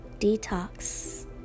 detox